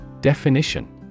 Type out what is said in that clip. Definition